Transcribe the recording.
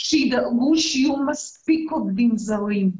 שידאגו שיהיו מספיק עובדים זרים.